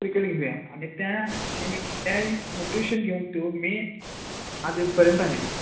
cricket घेऊया आणि त्या निमित त्या मोटिवेशन घेऊन तो मी आज इथंपर्यंत आहे